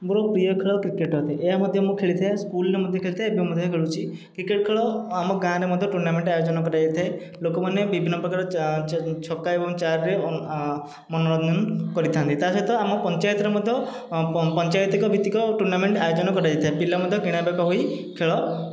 ମୋର ପ୍ରିୟ ଖେଳ କ୍ରିକେଟ ଅଟେ ଏହା ମଧ୍ୟ ମୁଁ ଖେଳିଥାଏ ସ୍କୁଲରେ ମଧ୍ୟ ଖେଳିଥାଏ ଏବେ ମଧ୍ୟ ଖେଳୁଛି କ୍ରିକେଟ ଖେଳ ଆମ ଗାଁରେ ମଧ୍ୟ ଟୁର୍ଣ୍ଣାମେଣ୍ଟ ଆୟୋଜନ କରାଯାଇଥାଏ ଲୋକମାନେ ବିଭିନ୍ନ ପ୍ରକାର ଛକା ଏବଂ ଚାରିରେ ମନୋରଞ୍ଜନ କରିଥାନ୍ତି ତାହା ସହିତ ଆମ ପଞ୍ଚାୟତରେ ମଧ୍ୟ ପଞ୍ଚାୟତିକ ଭୀତିକ ଟୁର୍ଣ୍ଣାମେଣ୍ଟ ଆୟୋଜନ କରାଯାଇଥାଏ ପିଲା ମଧ୍ୟ କିଣା ବେକ ହୋଇ ଖେଳ